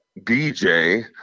BJ